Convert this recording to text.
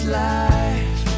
life